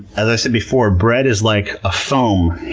as i said before, bread is like a foam.